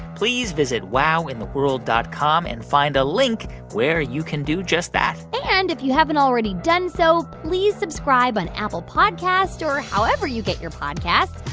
please visit wowintheworld dot com and find a link where you can do just that and if you haven't already done so, please subscribe on apple podcasts or however you get your podcasts.